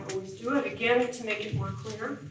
do it, again, to make it more clear.